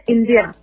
India